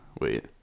Wait